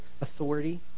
authority